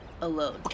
alone